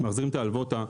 מחזירים את ההלוואות,